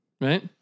Right